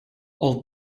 all